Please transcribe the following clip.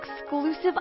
exclusive